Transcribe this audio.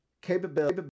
capability